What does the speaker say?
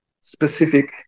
specific